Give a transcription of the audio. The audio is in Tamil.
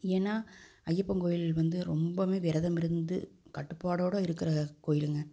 ஏன்னா ஐயப்பன் கோயில் வந்து ரொம்பமே விரதம் இருந்து கட்டுப்பாடோட இருக்கிற கோயிலுங்க